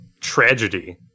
tragedy